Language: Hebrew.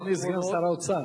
אדוני סגן שר האוצר.